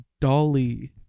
Dolly